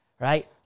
Right